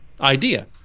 idea